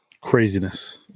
Craziness